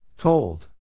Told